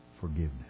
forgiveness